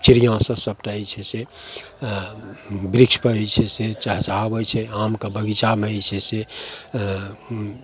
चिड़िआँसब सबटा जे छै से बिरिछपर जे छै से एँ चहचहाबै छै आमके बगीचामे जे छै से एँ उँ